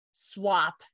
Swap